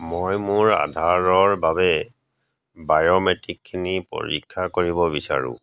মই মোৰ আধাৰৰ বাবে বায়োমেট্ৰিকখিনি পৰীক্ষা কৰিব বিচাৰোঁ